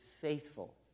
faithful